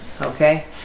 Okay